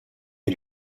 est